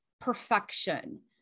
perfection